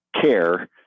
care